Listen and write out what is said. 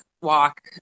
walk